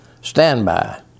standby